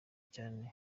cyane